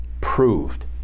proved